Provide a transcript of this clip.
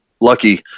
lucky